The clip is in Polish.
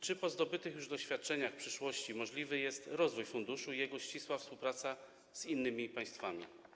Czy po zdobytych już doświadczeniach w przyszłości możliwe są rozwój funduszu i jego ścisła współpraca z innymi państwami?